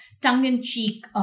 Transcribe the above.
tongue-in-cheek